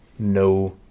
No